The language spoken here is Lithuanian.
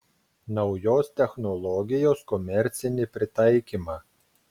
naujos technologijos komercinį pritaikymą